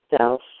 self